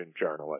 journalist